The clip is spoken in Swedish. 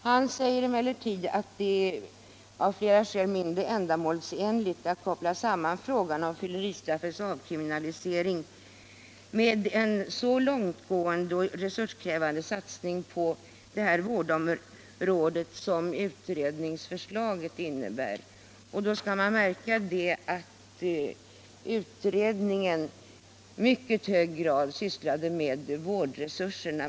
Han säger emellertid att det av flera skäl är mindre ändamålsenligt att koppla 'samman frågan om fylleristraffets avkriminalisering med en så långtgående och resurskrävande satsning på vårdområdet som utredningens förslag innebär. Då är att märka att utredningen i mycket hög grad tog upp vårdresurserna.